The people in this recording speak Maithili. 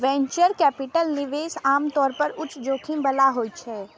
वेंचर कैपिटल निवेश आम तौर पर उच्च जोखिम बला होइ छै